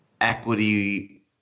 equity